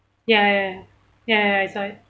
ya ya ya ya I saw it